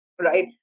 right